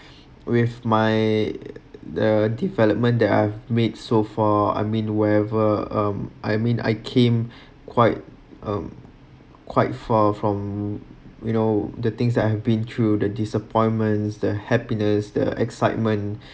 with my uh development that I've made so far I mean wherever um I mean I came quite uh quite far from you know the things that I've been through the disappointments the happiness the excitement